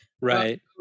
Right